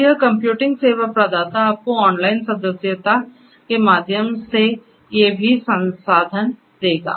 तो यह कंप्यूटिंग सेवा प्रदाता आपको ऑनलाइन सदस्यता के माध्यम से ये सभी संसाधन देगा